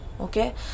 okay